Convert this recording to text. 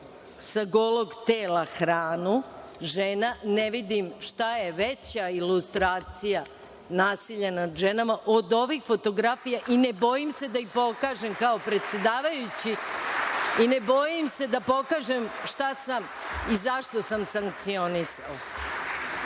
sa golog tela hranu žena, ne vidim šta je veća ilustracija nasilja nad ženama od ovih fotografija i ne bojim se da ih pokažem kao predsedavajući i ne bojim se da pokažem šta sam i zašto sam sankcionisala. Još